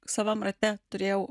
savam rate turėjau